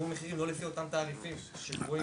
שגובים תעריפים שלא על פי מחשבון